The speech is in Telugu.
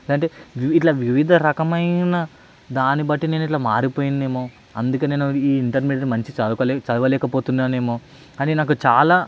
అంటే వివి ఇట్లా వివిధ రకమైన దాన్నిబట్టి నేనిట్లా మారిపోయానేమో అందుకే నేను ఈ ఇంటర్మీడియట్ మంచిగా చదువుకోలేక చదవలేకపోతున్నాన్నేమో అని నాకు చాలా